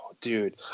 Dude